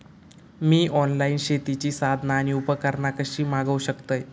मी online शेतीची साधना आणि उपकरणा कशी मागव शकतय?